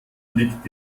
liegt